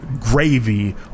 gravy